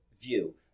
view